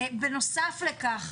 בנוסף לכך,